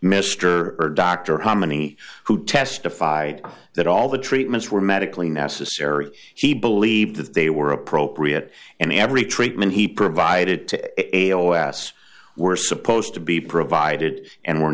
dr how many who testified that all the treatments were medically necessary he believed that they were appropriate and every treatment he provided to a o s were supposed to be provided and were